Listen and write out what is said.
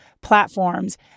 platforms